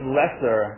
lesser